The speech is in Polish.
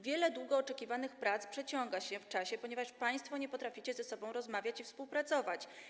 Wiele długo oczekiwanych prac przeciąga się w czasie, ponieważ państwo nie potraficie ze sobą rozmawiać i współpracować.